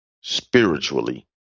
spiritually